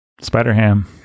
Spider-Ham